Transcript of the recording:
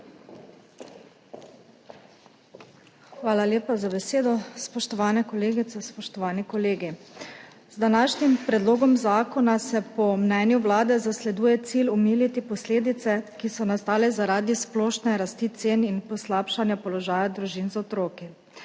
Hvala lepa za besedo. Spoštovane kolegice, spoštovani kolegi! Z današnjim predlogom zakona se po mnenju Vlade zasleduje cilj omiliti posledice, ki so nastale zaradi splošne rasti cen in poslabšanja položaja družin z otroki.